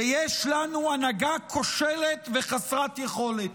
ויש לנו הנהגה כושלת וחסרת יכולת.